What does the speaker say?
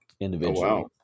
individually